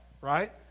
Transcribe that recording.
right